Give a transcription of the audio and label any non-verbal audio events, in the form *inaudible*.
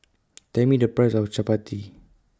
*noise* Tell Me The Price of Chapati